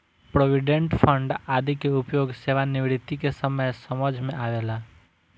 provident fund आदि के उपयोग सेवानिवृत्ति के समय समझ में आवेला